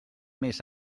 més